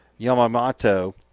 Yamamoto